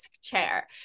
chair